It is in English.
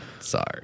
Sorry